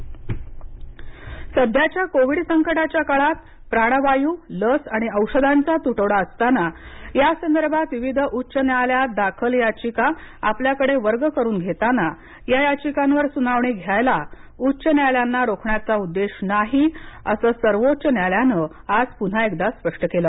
सर्वोच्च न्यायालय सध्याच्या कोविड संकटाच्या काळात प्राणवायू लस आणि औषधांचा तुटवडा असताना या संदर्भात विविध उच्च न्यायालयात दाखल याचिका आपल्याकडे वर्ग करून घेतना या याचिकांवर सुनावणी घ्यायला उच्च न्यायालयांना रोखण्याचा उद्देश नाही असं सर्वोच्च न्यायालयानं आज पुन्हा एकदा स्पष्ट केलं